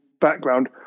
background